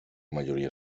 majoria